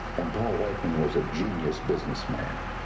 and paul whiteman was a genius businessman.